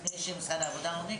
לפני שמשרד העבודה עונה?